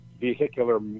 vehicular